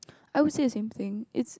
I will say the same thing it's